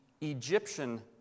Egyptian